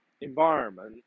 environment